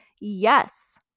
Yes